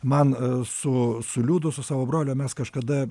man su su liūdu su savo broliu mes kažkada